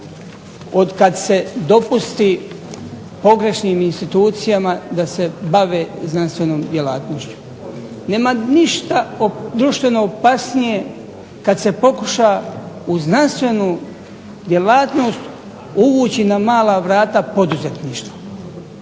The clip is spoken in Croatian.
od kad se dopusti pogrešnim institucijama da se bave znanstvenom djelatnošću. Nema ništa društveno opasnije kad se pokuša u znanstvenu djelatnost uvući na mala vrata poduzetništvo.